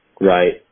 right